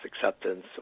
acceptance